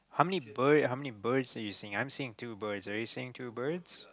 how many bird how many birds are you seeing I'm seeing two birds are you seeing two birds